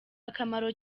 akamaro